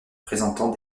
présentant